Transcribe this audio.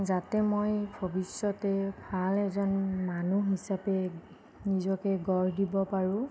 যাতে মই ভৱিষ্যতে ভাল এজন মানুহ হিচাপে নিজকে গঢ় দিব পাৰোঁ